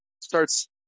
starts